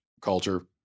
culture